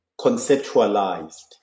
conceptualized